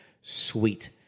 Sweet